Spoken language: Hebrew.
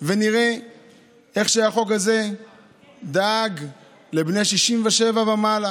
ונראה איך החוק הזה דאג לבני 67 ומעלה